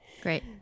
Great